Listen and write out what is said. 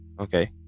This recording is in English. Okay